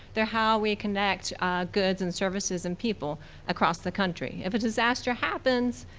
they're how we connect goods and services and people across the country. if a disaster happens,